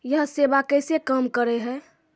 यह सेवा कैसे काम करै है?